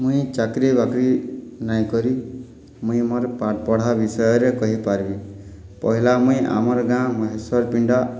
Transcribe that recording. ମୁଇଁ ଚାକରି ବାକରି ନାଇଁ କରି ମୁଇଁ ମୋର ପାଠ୍ ପଢ଼ା ବିଷୟରେ କହିପାରବି ପହେଲା ମୁଇଁ ଆମର ଗାଁର୍ ମହେଶ୍ଵର ପଣ୍ଡା